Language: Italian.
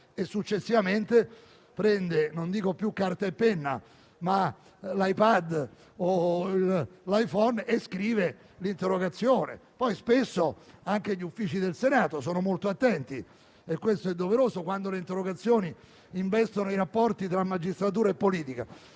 e successivamente prende non dico più carta e penna, ma l'iPad o l'iPhone, e scrive l'interrogazione. Gli stessi Uffici del Senato sono spesso molto attenti - e questo è doveroso - quando le interrogazioni investono i rapporti tra magistratura e politica.